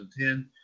2010